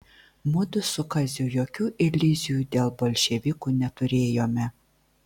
mudu su kaziu jokių iliuzijų dėl bolševikų neturėjome